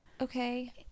Okay